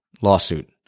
lawsuit